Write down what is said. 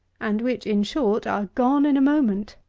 and which, in short, are gone in a moment.